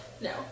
No